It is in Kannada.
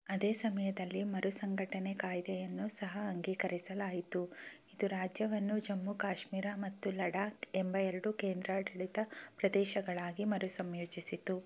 ಅದೇ ಸಮಯದಲ್ಲಿ ಮರು ಸಂಘಟನೆ ಕಾಯ್ದೆಯನ್ನು ಸಹ ಅಂಗೀಕರಿಸಲಾಯಿತು ಇದು ರಾಜ್ಯವನ್ನು ಜಮ್ಮು ಕಾಶ್ಮೀರ ಮತ್ತು ಲಡಾಖ್ ಎಂಬ ಎರಡು ಕೇಂದ್ರಾಡಳಿತ ಪ್ರದೇಶಗಳಾಗಿ ಮರು ಸಂಯೋಜಿಸಿತು